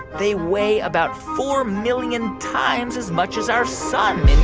they weigh about four million times as much as our sun.